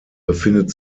befindet